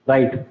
Right